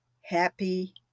happy